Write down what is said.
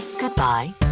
Goodbye